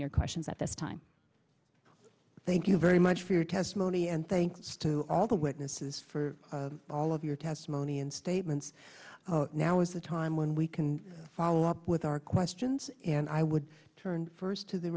your questions at this time thank you very much for your testimony and thanks to all the witnesses for all of your testimony and statements now is the time when we can follow up with our questions and i would turn first to the